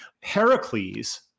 Heracles